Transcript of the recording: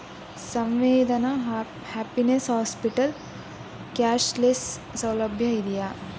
ಸಂವೇದನಾ happiness hospital cashless ಸೌಲಭ್ಯ ದೆಯಾ